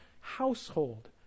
household